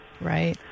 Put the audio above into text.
Right